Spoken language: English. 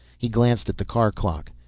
he glanced at the car clock.